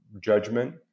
judgment